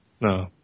No